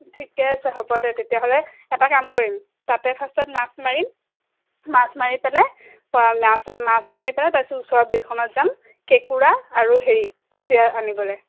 ঠিকে আছে হ'ব দে তেতিয়াহ'লে এটা কাম কৰিম তাতে ফাস্টত মাছ মাৰিম মাছ মাৰি পেলাই মাছ মাছ মাৰি পেলাই তাৰপিছত ওচৰৰ বিলখনত যাম কেঁকুৰা আৰু হেৰি কুচিয়া আনিবলে